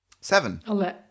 Seven